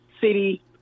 city